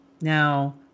Now